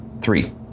three